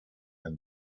and